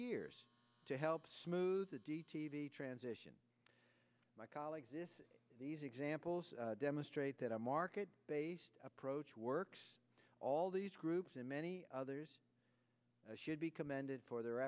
years to help smooth the d t v transition my colleague this these examples demonstrate that a market based approach works all these groups in many others should be commended for their